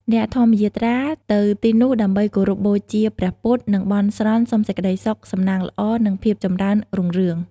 អ្នកធម្មយាត្រាទៅទីនោះដើម្បីគោរពបូជាព្រះពុទ្ធ និងបន់ស្រន់សុំសេចក្តីសុខ សំណាងល្អ និងភាពចម្រើនរុងរឿង។